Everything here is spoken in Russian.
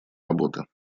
работы